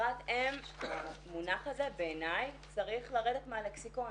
משרת אם, המונח הזה, בעיניי, צריך לרדת מהלקסיקון.